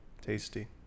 tasty